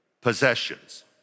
possessions